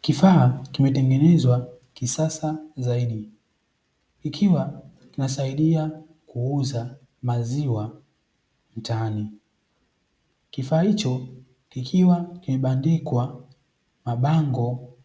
Kifaa kimetengenezwa kisasa zaidi, ikiwa ina saidia kuuza maziwa mtaani, kifaa hicho kikiwa kimebandikwa mabango